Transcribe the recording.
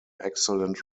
excellent